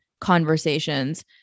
conversations